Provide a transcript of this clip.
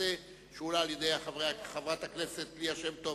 שהנושא שהועלה על-ידי חברי הכנסת ליה שמטוב